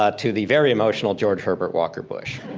ah to the very emotional george herbert walker bush.